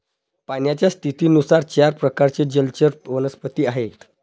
पाण्याच्या स्थितीनुसार चार प्रकारचे जलचर वनस्पती आहेत